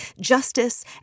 justice